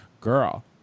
Girl